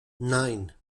nine